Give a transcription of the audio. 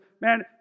man